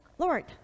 Lord